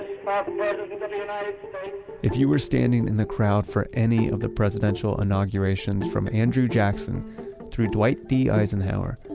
um if you were standing in the crowd for any of the presidential inaugurations from andrew jackson through dwight d. eisenhower,